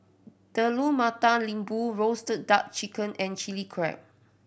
Telur Mata Lembu roasted duck chicken and Chilli Crab